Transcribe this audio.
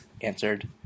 answered